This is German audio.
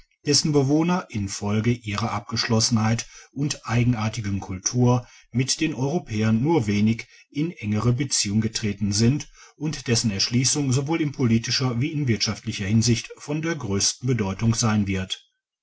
dessen bewohner infolge ihrer abgeschlossenheit und eigenartigen kultur mit den europäern nur wenig in engere beziehungen getreten sind und dessen erschliessung sowohl in politischer wie in wirtschaftlicher hinsicht von der grössten bedeutung sein wird